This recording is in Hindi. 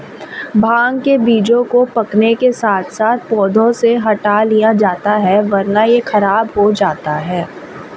भांग के बीजों को पकने के साथ साथ पौधों से हटा लिया जाता है वरना यह खराब हो जाता है